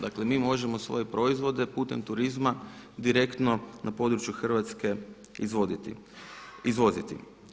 Dakle mi možemo svoje proizvode putem turizam direktno na području Hrvatske izvoziti.